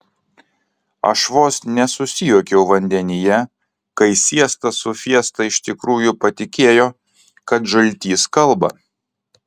aš vos nesusijuokiau vandenyje kai siesta su fiesta iš tikrųjų patikėjo kad žaltys kalba